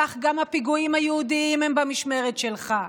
כך גם הפיגועים היהודיים הם במשמרת שלך.